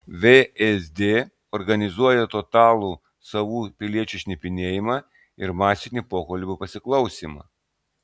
vsd organizuoja totalų savų piliečių šnipinėjimą ir masinį pokalbių pasiklausymą